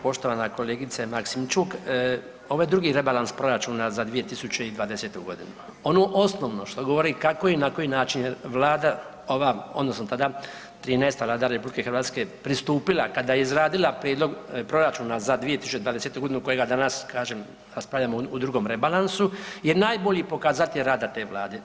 Poštovana kolegice Maksimčuk, ovaj drugi rebalans proračuna za 2020.g. ono osnovno što govori kako i na koji način vlada ova odnosno tada 13.-toga na dan RH pristupila kada je izradila prijedlog proračuna za 2020.g. kojega danas, kažem, raspravljamo u drugom rebalansu je najbolji pokazatelj rada te vlade.